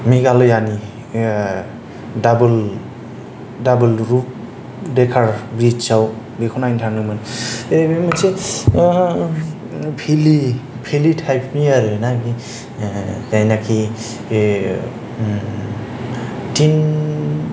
मेगालयानि दाबोल दाबोल रुट देकार ब्रिजआव बेखौ नायनो थांदोंमोन ओ बे मोनसे भेलि भेलि टाइपनि आरो जायनाखि तिन